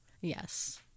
Yes